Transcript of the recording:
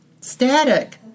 static